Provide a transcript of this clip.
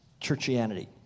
churchianity